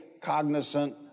cognizant